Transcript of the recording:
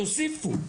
יוסיפו,